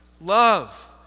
Love